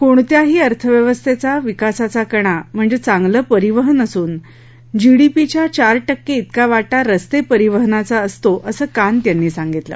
कोणत्याही अर्थव्यवस्थेचा विकासाचा कणा म्हणजे चांगलं परिवहन असून जीडीपीच्या चार टक्के तिका वाटा रस्ते परिवहनाचा असतो असं कांत म्हणाले